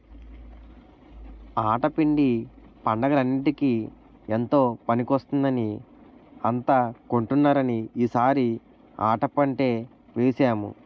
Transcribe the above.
ఆటా పిండి పండగలన్నిటికీ ఎంతో పనికొస్తుందని అంతా కొంటున్నారని ఈ సారి ఆటా పంటే వేసాము